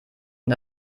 und